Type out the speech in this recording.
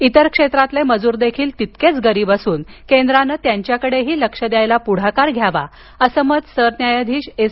इतर क्षेत्रातील मजूर देखील तितकेच गरीब असून केंद्राने त्यांच्याकडेही लक्ष देण्यास पुढाकार घ्यावा असं मत सरन्यायाधीश एस